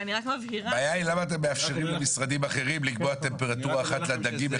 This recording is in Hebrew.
הבעיה היא למה אתם מאפשרים למשרדים אחרים לקבוע טמפרטורה אחת לדגים,